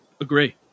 Agree